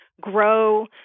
grow